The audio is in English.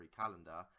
calendar